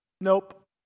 Nope